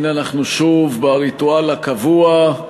הנה אנחנו שוב בריטואל הקבוע,